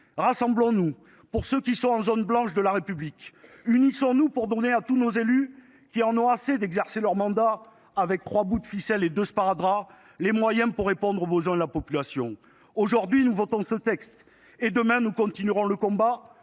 rassemblons nous pour ceux qui se trouvent dans les zones blanches de la République. Unissons nous pour donner à tous nos élus, qui en ont assez d’exercer leur mandat avec trois bouts de ficelle et deux sparadraps, les moyens de satisfaire les besoins de la population. Aujourd’hui, nous votons ce texte. Demain, nous continuerons le combat